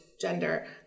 gender